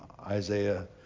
Isaiah